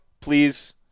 please